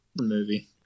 movie